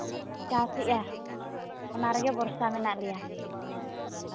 ᱪᱟᱥ ᱮᱜᱼᱟ ᱚᱱᱟ ᱨᱮᱜᱮ ᱵᱷᱚᱨᱥᱟ ᱢᱮᱱᱟᱜ ᱞᱮᱭᱟ